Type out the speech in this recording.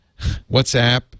WhatsApp